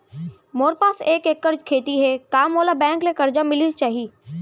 मोर पास एक एक्कड़ खेती हे का मोला बैंक ले करजा मिलिस जाही?